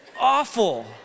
awful